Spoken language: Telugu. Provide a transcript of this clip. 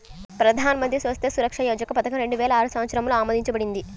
ప్రధాన్ మంత్రి స్వాస్థ్య సురక్ష యోజన పథకం రెండు వేల ఆరు సంవత్సరంలో ఆమోదించబడింది